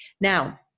Now